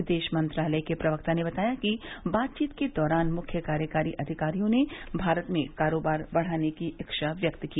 विदेश मंत्रालय के प्रवक्ता ने बताया कि बातचीत के दौरान मुख्य कार्यकारी अधिकारियों ने भारत में कारोबार बढ़ाने की इच्छा व्यक्त की